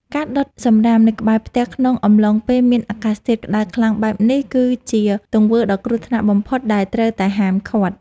ការដុតសំរាមនៅក្បែរផ្ទះក្នុងអំឡុងពេលមានអាកាសធាតុក្តៅខ្លាំងបែបនេះ គឺជាទង្វើដ៏គ្រោះថ្នាក់បំផុតដែលត្រូវតែហាមឃាត់។